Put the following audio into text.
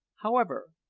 however,